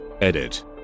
Edit